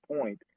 point